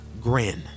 grin